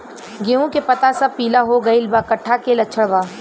गेहूं के पता सब पीला हो गइल बा कट्ठा के लक्षण बा?